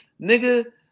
Nigga